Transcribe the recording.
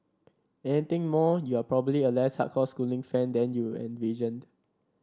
anything more you are probably a less hardcore schooling fan than you envisioned